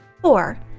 Four